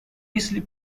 easily